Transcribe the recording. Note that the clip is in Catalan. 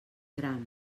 gran